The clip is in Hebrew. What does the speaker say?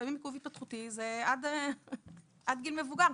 לפעמים עיכוב התפתחותי זה עד גיל מבוגר.